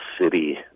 city